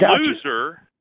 loser